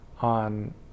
on